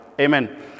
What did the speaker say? Amen